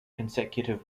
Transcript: consecutive